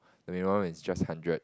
the minimum is just hundred